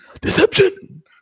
Deception